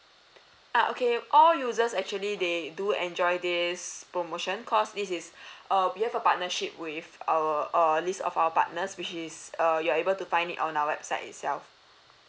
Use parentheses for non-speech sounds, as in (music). uh okay all users actually they do enjoy this promotion cause this is (breath) err we have a partnership with our err list of our partners which is uh you are able to find it on our website itself